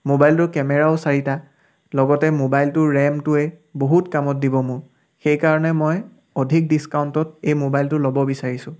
মোবাইলটোৰ কেমেৰাও চাৰিটা লগতে মোবাইলটোৰ ৰেমটোৱে বহুত কামত দিব মোক সেইকাৰণে মই অধিক ডিছকাউণ্টত এই মোবাইলটো ল'ব বিচাৰিছোঁ